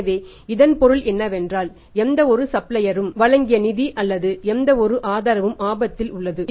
எனவே இதன் பொருள் என்னவென்றால் எந்தவொரு சப்ளையரும் வழங்கிய நிதி அல்லது எந்தவொரு ஆதரவும் ஆபத்தில் உள்ளது